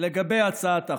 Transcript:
ולגבי הצעת החוק,